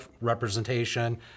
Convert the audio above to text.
representation